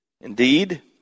Indeed